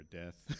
death